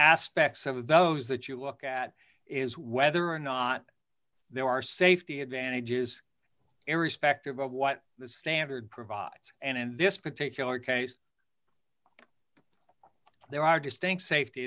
aspects of those that you look at is whether or not there are safety advantages irrespective of what the standard provide and in this particular case there are distinct safety